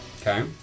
okay